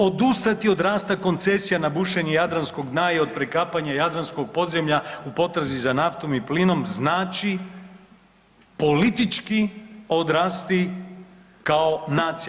Odustati od rasta koncesija na bušenje jadranskog, naj od prekapanje jadranskog podzemlja, u potrazi za naftom i plinom, znači politički odrasti kao nacija.